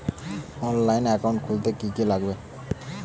অনলাইনে একাউন্ট খুলতে কি কি লাগবে?